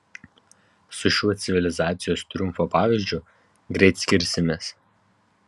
su šiuo civilizacijos triumfo pavyzdžiu greit skirsimės